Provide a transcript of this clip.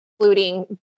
including